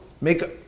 make